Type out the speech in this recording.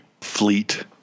Fleet